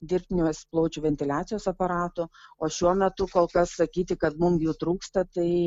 dirbtinės plaučių ventiliacijos aparatų o šiuo metu kol kas sakyti kad mum jų trūksta tai